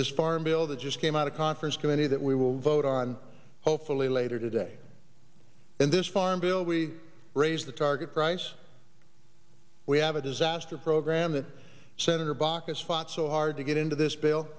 this farm bill that just came out of conference committee that we will vote on hopefully later today in this farm bill we raised the target price we have a disaster program that senator baucus fought so hard to get into this